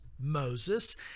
Moses